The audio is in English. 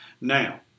Now